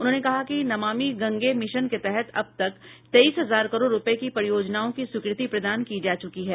उन्होंने कहा कि नमामि गंगे मिशन के तहत अब तक तेईस हजार करोड़ रूपये की परियोजनाओं की स्वीकृति प्रदान की जा चुकी है